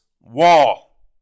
wall